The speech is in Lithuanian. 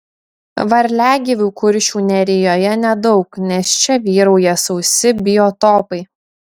varliagyvių kuršių nerijoje nedaug nes čia vyrauja sausi biotopai